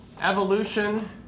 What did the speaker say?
evolution